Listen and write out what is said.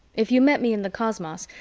if you met me in the cosmos,